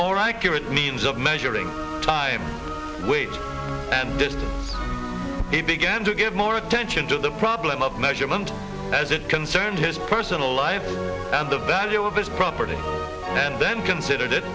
more accurate means of measuring time and he began to give more attention to the problem of measurement as it concerned his personal life and the value of this property and then considered it